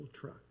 truck